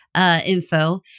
info